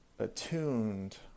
attuned